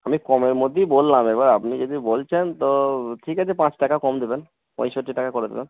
আমি কমের মধ্যেই বললাম এবার আপনি যদি বলছেন তো ঠিক আছে পাঁচ টাকা কম দেবেন পঁয়ষট্টি টাকা করে দেবেন